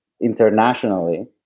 internationally